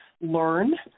learn –